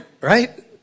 right